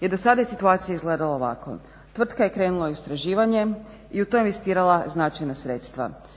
Jer do sada je situacija izgledala ovako: tvrtka je krenula u istraživanje i u to investirala značajna sredstva.